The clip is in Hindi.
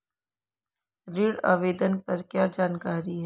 ऋण आवेदन पर क्या जानकारी है?